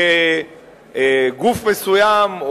שגוף מסוים,